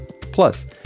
Plus